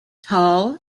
tall